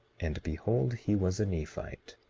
and behold, he was a nephite.